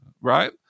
right